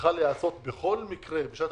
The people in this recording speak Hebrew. צריכה להיעשות בכל מקרה בשנת